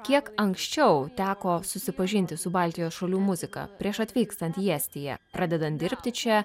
kiek anksčiau teko susipažinti su baltijos šalių muzika prieš atvykstant į estiją pradedant dirbti čia